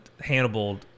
Hannibal